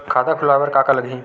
खाता खुलवाय बर का का लगही?